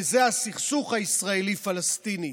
וזה הסכסוך הישראלי פלסטיני.